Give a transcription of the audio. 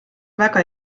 väga